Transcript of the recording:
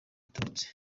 abatutsi